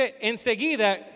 enseguida